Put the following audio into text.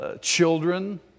children